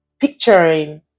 picturing